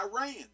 Iran